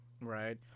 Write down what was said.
Right